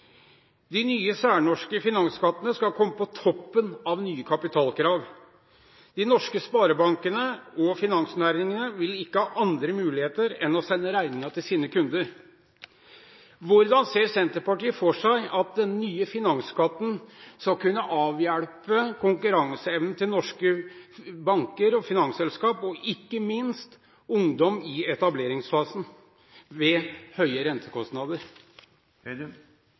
De nye særnorske finansskattene skal komme på toppen av nye kapitalkrav. De norske sparebankene og finansnæringene vil ikke ha andre muligheter enn å sende regningen til sine kunder. Hvordan ser Senterpartiet for seg at den nye finansskatten skal kunne avhjelpe konkurranseevnen til norske banker og finansselskap – og ikke minst ungdom i etableringsfasen – ved høye rentekostnader?